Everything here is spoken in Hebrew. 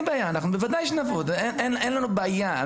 אין לנו בעיה.